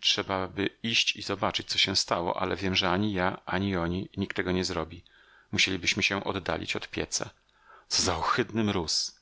trzebaby iść i zobaczyć co się stało ale wiem że ani ja ani oni nikt tego nie zrobi musielibyśmy się oddalić od pieca co za ohydny mróz